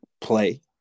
play